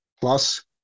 plus